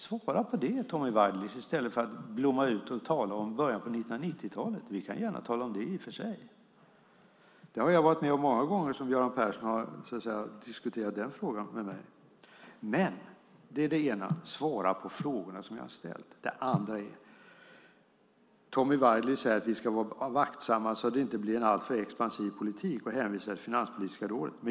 Svara på det, Tommy Waidelich, i stället för att blomma ut och börja tala om början av 1990-talet. Vi kan i och för sig tala om det också; det har jag gjort många gånger med Göran Persson. Svara dock på frågorna som jag har ställt. Det är det ena. Det andra är att Tommy Waidelich säger att vi ska vara vaksamma så att det inte blir en alltför expansiv politik, och han hänvisar till Finanspolitiska rådet.